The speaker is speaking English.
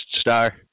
star